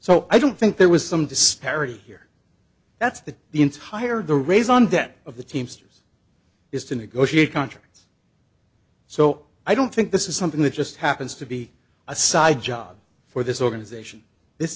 so i don't think there was some disparity here that's that the ins hired the raise on that of the teamsters is to negotiate contracts so i don't think this is something that just happens to be a side job for this organization this